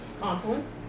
Confluence